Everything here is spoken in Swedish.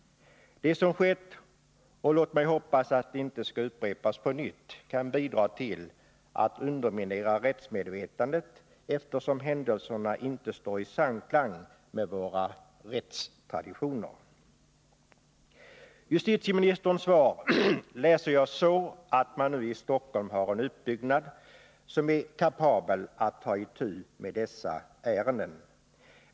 Det som skett — och låt mig hoppas att det inte upprepas — kan bidra till att underminera rättsmedvetandet, eftersom händelserna inte står i samklang med våra rättstraditioner. Justitieministerns svar läser jag så att man nu i Stockholm har en uppbyggnad som är kapabel att ta itu med dessa ärenden.